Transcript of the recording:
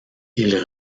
ils